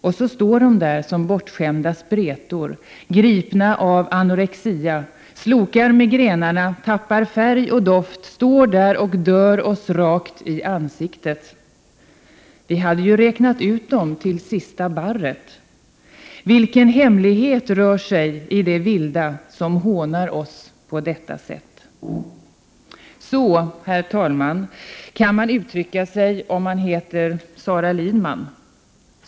och så står dom där som bortskämda spretor gripna av anorexia slokar med grenarna, tappar färg och doft står där och dör oss rakt i ansiktet. Vi hade ju räknat ut dom till sista barret. Vilken hemlighet rör sig i det vilda som hånar oss på detta sätt. Så, herr talman, kan man uttrycka sig om man heter Sara Lidman.